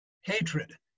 hatred